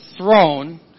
throne